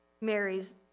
mary's